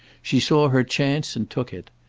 she saw her chance and took it.